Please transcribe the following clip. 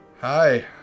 Hi